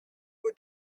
who